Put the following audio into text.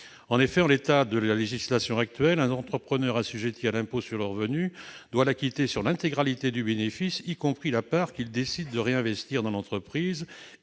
activité. En l'état de la législation, un entrepreneur assujetti à l'impôt sur le revenu doit l'acquitter sur l'intégralité du bénéfice, y compris sur la part qu'il décide de réinvestir dans l'entreprise